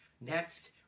Next